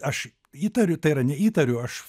aš įtariu tai yra neįtariu aš